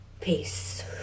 Peace